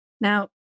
Now